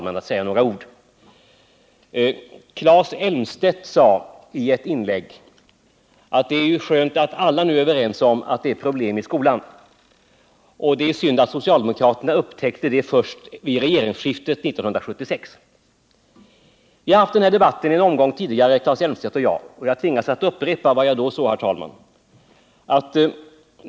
I ett av sina inlägg sade Claes Elmstedt att det är skönt att alla nu är överens om att det finns problem i skolan men att det är synd att socialdemokraterna upptäckte det först vid regeringsskiftet 1976. Claes Elmstedt och jag har diskuterat den här frågan vid ett tidigare tillfälle, och jag tvingas upprepa vad jag då sade.